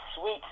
sweet